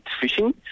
fishing